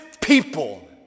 people